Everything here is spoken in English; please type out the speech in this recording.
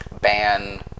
ban